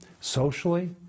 socially